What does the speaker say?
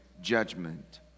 judgment